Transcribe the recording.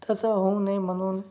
तसं होऊ नये म्हणून